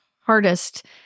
hardest